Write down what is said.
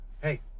Hey